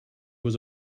was